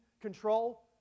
control